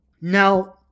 Now